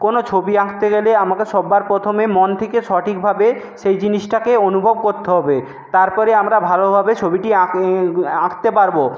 কোনো ছবি আঁকতে গেলে আমাকে সব্বার প্রথমে মন থেকে সঠিকভাবে সেই জিনিসটাকে অনুভব করতে হবে তারপরে আমরা ভালোভাবে ছবিটি আঁকতে পারবো